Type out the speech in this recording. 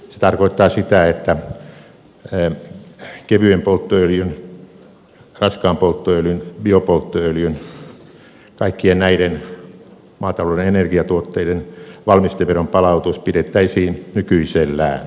se tarkoittaa sitä että kevyen polttoöljyn raskaan polttoöljyn biopolttoöljyn kaikkien näiden maatalouden energiatuotteiden valmisteveron palautus pidettäisiin nykyisellään